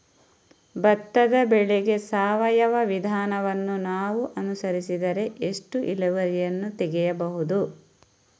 ಭತ್ತದ ಬೆಳೆಗೆ ಸಾವಯವ ವಿಧಾನವನ್ನು ನಾವು ಅನುಸರಿಸಿದರೆ ಎಷ್ಟು ಇಳುವರಿಯನ್ನು ತೆಗೆಯಬಹುದು?